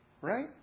Right